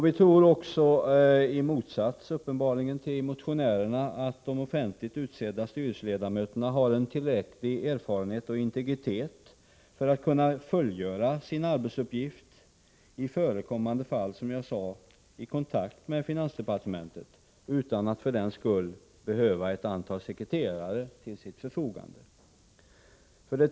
Vi tror också, uppenbarligen i motsats till motionärerna, att de offentligt utsedda styrelseledamöterna har tillräcklig erfarenhet och integritet för att kunna fullgöra sin arbetsuppgift — i förekommande fall, som jag sade, i kontakt med finansdepartementet utan att för den skull behöva ett antal sekreterare till sitt förfogande.